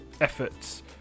efforts